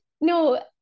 no